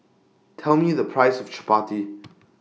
Tell Me The Price of Chappati